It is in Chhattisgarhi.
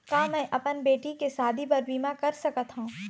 का मैं अपन बेटी के शादी बर बीमा कर सकत हव?